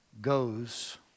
goes